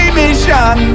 mission